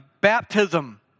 Baptism